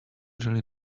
really